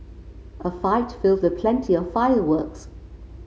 a fight filled with plenty of fireworks